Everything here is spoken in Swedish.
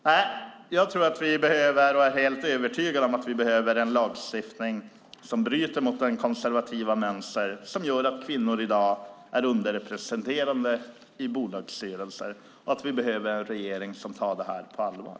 Nej, jag är helt övertygad om att vi behöver en lagstiftning som bryter mot det konservativa mönster som gör att kvinnor i dag är underrepresenterade i bolagsstyrelser och om att vi behöver en regering som tar detta på allvar.